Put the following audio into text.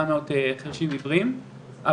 עיוורים,